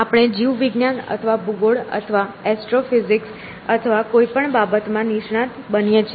આપણે જીવવિજ્ઞાન અથવા ભૂગોળ અથવા એસ્ટ્રોફિઝિક્સ અથવા કોઈપણ બાબતમાં નિષ્ણાત બનીએ છીએ